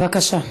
בבקשה.